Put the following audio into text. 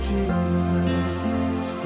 Jesus